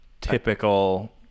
typical